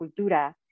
cultura